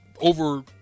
over